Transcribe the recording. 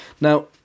Now